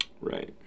Right